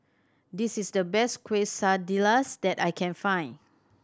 this is the best Quesadillas that I can find